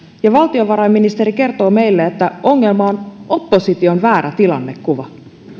ja valtiovarainministeri kertoo meille että ongelma on opposition väärä tilannekuva